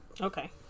Okay